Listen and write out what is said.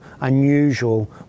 unusual